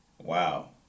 Wow